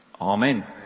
Amen